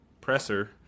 presser